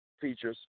features